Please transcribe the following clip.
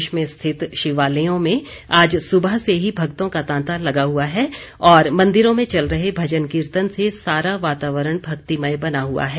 प्रदेश में स्थित शिवालयों में आज सुबह से ही भक्तों का तांता लगा हुआ है और मंदिरों में चल रहे भजन कीर्तन से सारा वातावरण भक्तीमय बना हुआ है